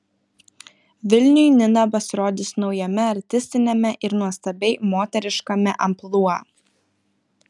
vilniui nina pasirodys naujame artistiniame ir nuostabiai moteriškame amplua